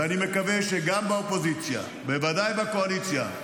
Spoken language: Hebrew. ואני מקווה שגם באופוזיציה, בוודאי בקואליציה,